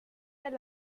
del